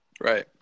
Right